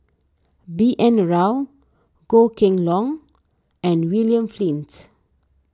B N Rao Goh Kheng Long and William Flints